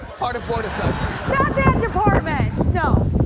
part of board of judgment. not that department, no.